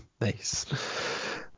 Nice